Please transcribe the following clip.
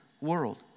world